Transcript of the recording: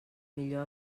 millor